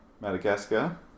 Madagascar